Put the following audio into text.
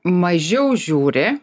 mažiau žiūri